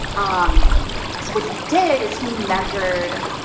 ah um so what he did is he measured,